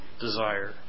desire